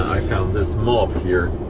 i found this mop here.